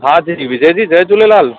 हा जी जी विजय जी जय झूलेलाल